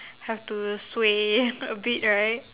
have to sway a bit right